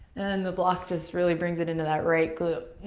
and the block just really brings it into that right glute.